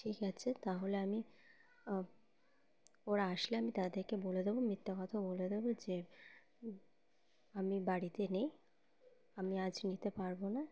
ঠিক আছে তাহলে আমি ওরা আসলে আমি তাদেরকে বলে দেবো মিথ্যা কথা বলে দেবো যে আমি বাড়িতে নেই আমি আজ নিতে পারব না